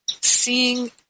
seeing